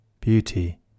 beauty